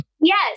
Yes